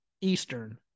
Eastern